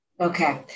okay